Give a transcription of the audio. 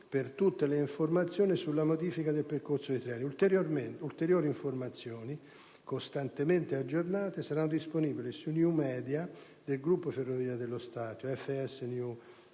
per tutte le informazioni sulle modifiche del percorso dei treni. Ulteriori informazioni, costantemente aggiornate, saranno disponibili sui *new media* del Gruppo Ferrovie dello Stato, FSNews Radio